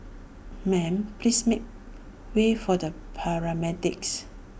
ma'am please make way for the paramedics